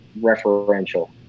referential